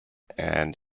and